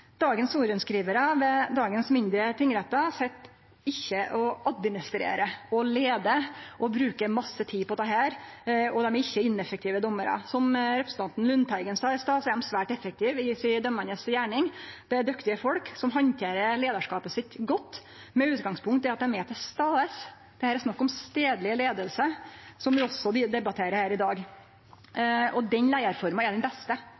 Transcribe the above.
ved dagens mindre tingrettar sit ikkje og administrerer og leiar og bruker masse tid på dette, og dei er ikkje ineffektive dommarar. Som representanten Lundteigen sa i stad, er dei svært effektive i si dømande gjerning, det er dyktige folk som handterer leiarskapet sitt godt, med utgangspunkt i at dei er til stades. Det er snakk om stadleg leiing, som vi også debatterer her i dag, og den leiarforma er den beste